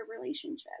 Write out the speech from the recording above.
relationship